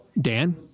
Dan